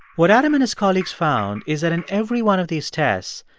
what adam and his colleagues found is that in every one of these tests,